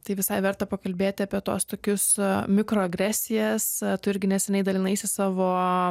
tai visai verta pakalbėti apie tuos tokius mikroagresijas tu irgi neseniai dalinaisi savo